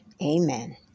amen